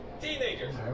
Teenagers